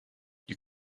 you